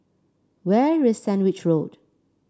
where is Sandwich Road